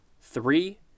Three